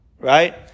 Right